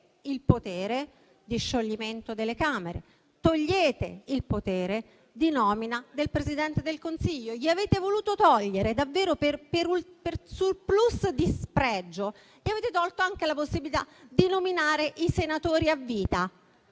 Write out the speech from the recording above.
il potere di scioglimento delle Camere, il potere di nomina del Presidente del Consiglio e, davvero per *surplus* di spregio, avete tolto anche la possibilità di nominare i senatori a vita.